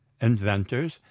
Inventors